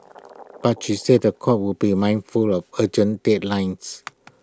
but he said The Court would be mindful of urgent deadlines